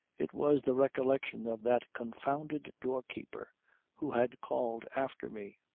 it was the recollection of that confounded doorkeeper who had called after me.